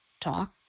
talk